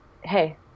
hey